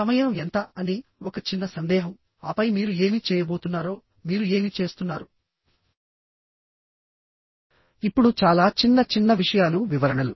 సమయం ఎంత అని ఒక చిన్న సందేహం ఆపై మీరు ఏమి చేయబోతున్నారో మీరు ఏమి చేస్తున్నారు ఇప్పుడు చాలా చిన్న చిన్న విషయాలు వివరణలు